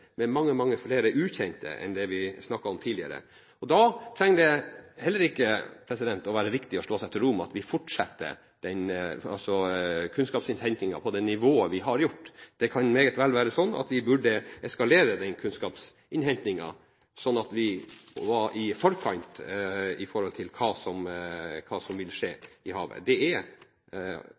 med mange, mange flere ukjente enn det vi snakket om tidligere. Da trenger det heller ikke å være riktig å slå seg til ro med at vi fortsetter kunnskapsinnhentingen på det nivået vi har gjort. Det kan meget vel være sånn at vi burde eskalere den kunnskapsinnhentingen, sånn at vi er i forkant med tanke på hva som vil skje i havet. Det er